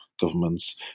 governments